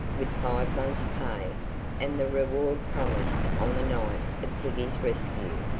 with five months' pay and the reward promised on the night of peggy's rescue,